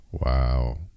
wow